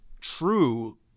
true